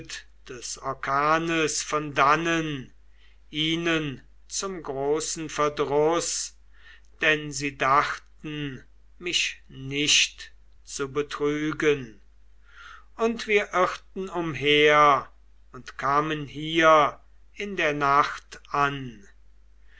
des orkanes von dannen ihnen zum großen verdruß denn sie dachten mich nicht zu betrügen und wir irrten umher und kamen hier in der nacht an